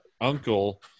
uncle